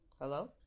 Hello